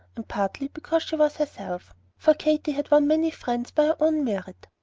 and partly because she was herself for katy had won many friends by her own merit.